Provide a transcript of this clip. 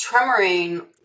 tremoring